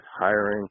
hiring